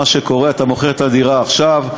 מה שקורה הוא שאתה מוכר את הדירה עכשיו,